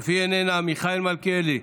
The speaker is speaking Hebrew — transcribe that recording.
אף היא איננה, מיכאל מלכיאלי,